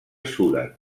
suren